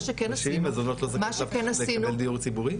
מה שכן עשינו -- נשים עם מזונות יכולות לקבל דיור ציבורי ?